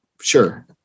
sure